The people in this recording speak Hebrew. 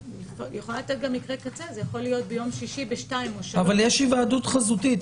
זה יכול להיות ביום שישי ב-14:00 א 15:00. אבל יש ההיוועדות החזותית.